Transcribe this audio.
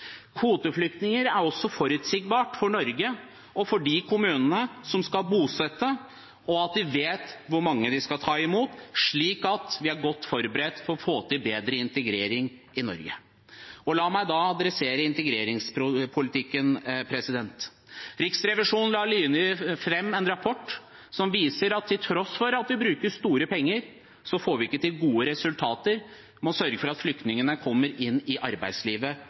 Norge og for de kommunene som skal bosette, ved at de vet hvor mange de skal ta imot, slik at vi er godt forberedt på å få til bedre integrering i Norge. La meg da adressere integreringspolitikken. Riksrevisjonen la nylig fram en rapport som viser at til tross for at vi bruker store penger, får vi ikke gode resultater, vi sørger ikke for at flyktningene kommer inn i arbeidslivet